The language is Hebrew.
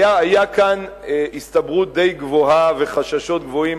היתה כאן הסתברות די גבוהה וחששות גדולים